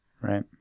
right